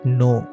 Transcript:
no